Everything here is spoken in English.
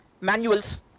manuals